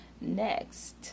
next